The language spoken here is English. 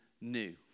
new